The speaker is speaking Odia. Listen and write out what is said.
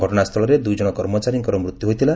ଘଟଣାସ୍ଥଳରେ ଦୁଇଜଣ କର୍ମଚାରୀଙ୍କର ମୃତ୍ୟୁ ହୋଇଥିଲା